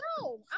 no